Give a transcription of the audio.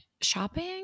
shopping